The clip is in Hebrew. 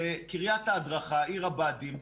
קריית ההדרכה, עיר הבה"דים,